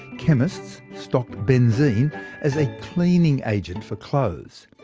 chemists stocked benzene as a cleaning agent for clothes.